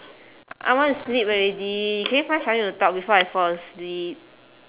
I want to sleep already can you find something to talk before I fall asleep